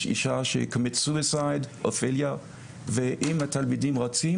יש אישה שמבצעת התאבדות אופליה ואם התלמידים רוצים